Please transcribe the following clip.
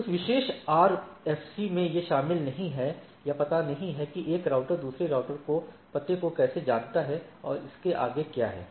उस विशेष RFC में यह शामिल नहीं है या पता नहीं है कि एक राउटर दूसरे राउटर के पते को कैसे जानता है और इसके आगे क्या है